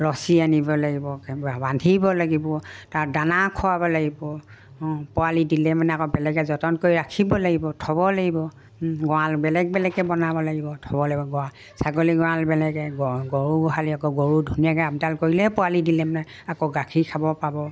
ৰছী আনিব লাগিব বান্ধিব লাগিব তাত দানা খোৱাব লাগিব পোৱালি দিলে মানে আকৌ বেলেগে যতন কৰি ৰাখিব লাগিব থ'ব লাগিব গঁৰাল বেলেগ বেলেগকৈ বনাব লাগিব থ'ব লাগিব গ ছাগলী গঁৰাল বেলেগে গৰু গোহালি আকৌ গৰু ধুনীয়াকৈ আপডাল কৰিলে পোৱালি দিলে মানে আকৌ গাখীৰ খাব পাব